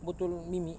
botol mi~ mi~